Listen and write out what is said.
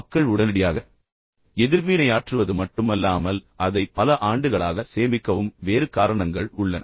மக்கள் உடனடியாக எதிர்வினையாற்றுவது மட்டுமல்லாமல் அதை பல ஆண்டுகளாக சேமிக்கவும் வேறு காரணங்கள் உள்ளன